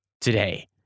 today